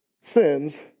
sins